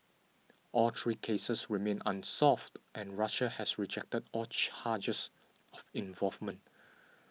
all three cases remain unsolved and Russia has rejected all charges of involvement